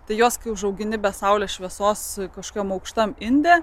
tai juos kai užaugini be saulės šviesos kažkam aukštam inde